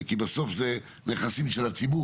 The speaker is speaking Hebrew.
כי בסוף אלו נכסים של הציבור,